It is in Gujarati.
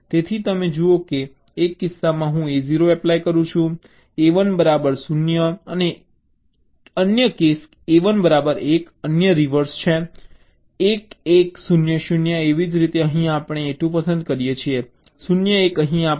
તેથી તમે જુઓ કે એક કિસ્સામાં હું A0 એપ્લાય કરું છું A1 બરાબર 0 અન્ય કેસ A1 બરાબર 1 અન્ય રિવર્સ છે 1 1 1 0 0 એવી જ રીતે અહીં આપણે A2 પસંદ કરીએ છીએ 0 1 અહીં આપણે A3 0 1 પસંદ કરીએ છીએ